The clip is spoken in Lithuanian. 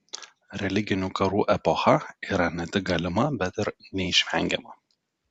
religinių karų epocha yra ne tik galima bet ir neišvengiama